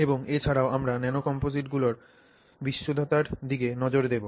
এবং এছাড়াও আমরা ন্যানো কমপোজিটগুলির বিশুদ্ধতার দিকে নজর দেব